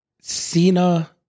Cena